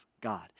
God